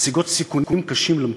מציבות סיכונים קשים למטופלים,